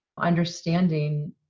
understanding